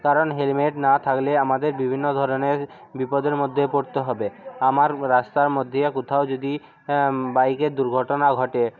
কারণ হেলমেট না থাকলে আমাদের বিভিন্ন ধরনের বিপদের মধ্যে পড়তে হবে আমার রাস্তার মধ্যে কোথাও যদি বাইকের দুর্ঘটনা ঘটে